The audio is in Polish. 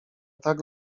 tak